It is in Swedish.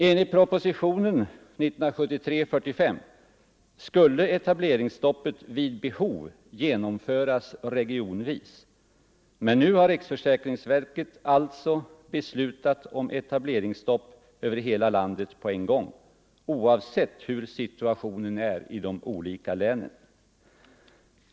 Enligt propositionen 45 år 1973 skulle etableringsstoppet vid behov genomföras regionvis, men nu har riksförsäkringsverket alltså beslutat om etableringsstopp över hela landet på en gång, oavsett hur situationen är i de olika länen.